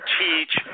teach